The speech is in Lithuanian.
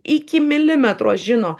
iki milimetro žino